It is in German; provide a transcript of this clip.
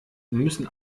müssen